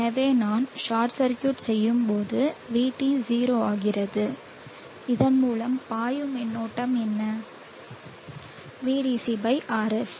எனவே நான் short circuit செய்யும் போது vT 0 ஆகிறது இதன் மூலம் பாயும் மின்னோட்டம் என்ன Vdc RS